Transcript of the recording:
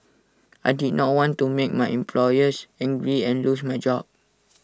I did not want to make my employers angry and lose my job